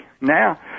Now